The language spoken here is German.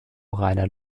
reiner